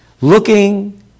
looking